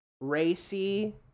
racy